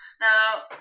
Now